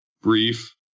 brief